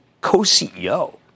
co-CEO